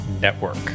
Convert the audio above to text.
network